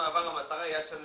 שאתם